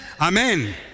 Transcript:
Amen